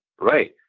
right